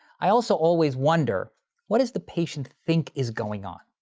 i also always wonder what does the patient think is going on?